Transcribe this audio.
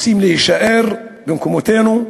רוצים להישאר במקומותינו,